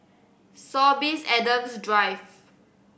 Sorbies Adams Drive